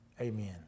Amen